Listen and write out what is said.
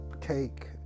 cake